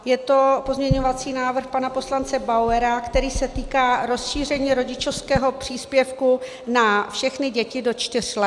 Je to pozměňovací návrh pana poslance Bauera, který se týká rozšíření rodičovského příspěvku na všechny děti do čtyř let.